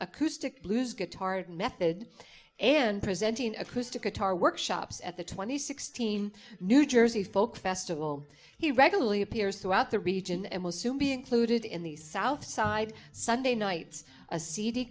acoustic blues guitar method and presenting acoustic guitar workshops at the twenty sixteen new jersey folk festival he regularly appears throughout the region and will soon be included in the southside sunday nights a c